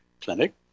clinic